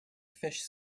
fish